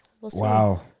Wow